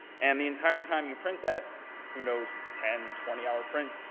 and the entire time you print that, who knows, ten, twenty hour print,